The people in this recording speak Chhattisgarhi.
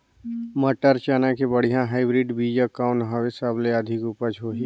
मटर, चना के बढ़िया हाईब्रिड बीजा कौन हवय? सबले अधिक उपज होही?